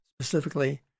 specifically